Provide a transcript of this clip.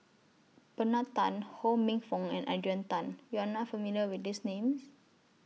Bernard Tan Ho Minfong and Adrian Tan YOU Are not familiar with These Names